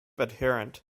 adherent